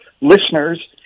listeners